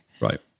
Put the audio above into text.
Right